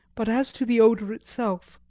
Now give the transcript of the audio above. but as to the odour itself,